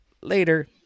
Later